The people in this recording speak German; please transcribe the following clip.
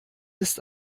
ist